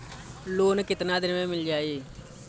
Loan कितना दिन में मिल जाई?